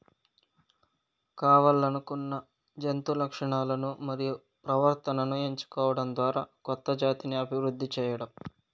కావల్లనుకున్న జంతు లక్షణాలను మరియు ప్రవర్తనను ఎంచుకోవడం ద్వారా కొత్త జాతిని అభివృద్ది చేయడం